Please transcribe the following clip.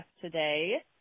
today